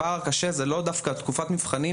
הפער הקשה הוא לאו דווקא תקופת המבחנים,